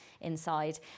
inside